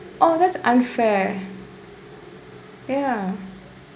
oh that's unfair ya